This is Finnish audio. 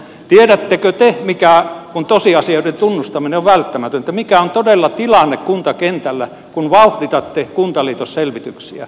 tiedättekö te kun tosiasioiden tunnustaminen on välttämätöntä mikä on todella tilanne kuntakentällä kun vauhditatte kuntaliitosselvityksiä